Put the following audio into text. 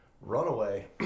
Runaway